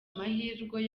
amahirwe